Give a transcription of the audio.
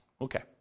Okay